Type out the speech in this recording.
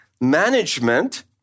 management